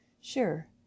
Sure